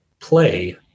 play